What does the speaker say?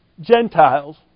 Gentiles